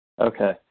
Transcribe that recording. Okay